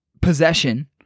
possession